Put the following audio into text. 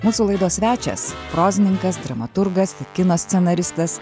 mūsų laidos svečias prozininkas dramaturgas kino scenaristas